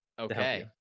Okay